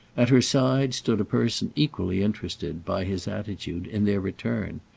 at her side stood a person equally interested, by his attitude, in their return,